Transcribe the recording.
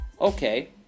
okay